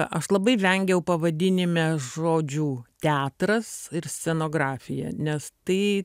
aš labai vengiau pavadinime žodžių teatras ir scenografija nes tai